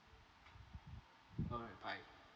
alright bye